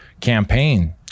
campaign